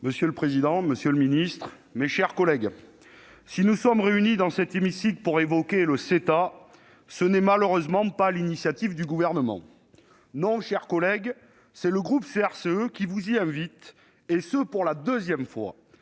Monsieur le président, monsieur le ministre, mes chers collègues, si nous sommes réunis dans cet hémicycle pour évoquer le CETA (-accord économique et commercial global), ce n'est malheureusement pas sur l'initiative du Gouvernement. Non, chers collègues, c'est le groupe CRCE qui vous y invite, et ce pour la deuxième fois